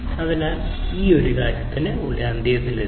അതിനാൽ ഈ കാര്യത്തിന് ഒരു അന്ത്യത്തിലെത്തി